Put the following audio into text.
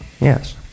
Yes